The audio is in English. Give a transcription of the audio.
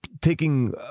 taking